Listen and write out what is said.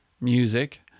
music